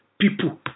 people